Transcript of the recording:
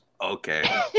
okay